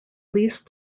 least